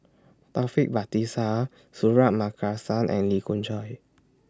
Taufik Batisah Suratman Markasan and Lee Khoon Choy